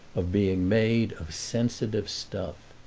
of being made of sensitive stuff.